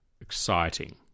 exciting